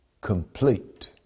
complete